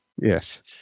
Yes